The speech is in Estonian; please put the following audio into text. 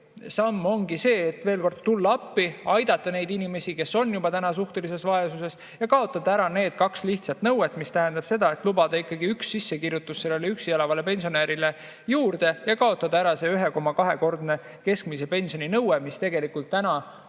samm ongi see, veel kord, et tulla appi, aidata neid inimesi, kes on juba täna suhtelises vaesuses, ja kaotada ära need kaks lihtsat nõuet, mis tähendab seda, et lubada ikkagi üks sissekirjutus selle üksi elava pensionäri juurde ja kaotada ära see alla 1,2‑kordse keskmise pensioni nõue, mis tegelikult täna,